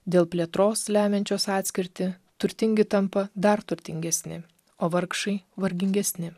dėl plėtros lemiančios atskirtį turtingi tampa dar turtingesni o vargšai vargingesni